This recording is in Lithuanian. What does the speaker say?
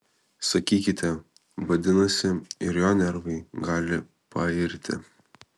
sakykite vadinasi ir jo nervai gali pairti